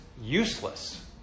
useless